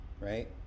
right